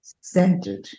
centered